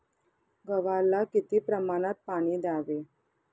गव्हाला किती प्रमाणात पाणी द्यावे?